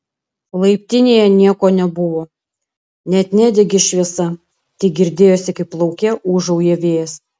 laiptinėje nieko nebuvo net nedegė šviesa tik girdėjosi kaip lauke ūžauja vėjas